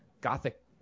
gothic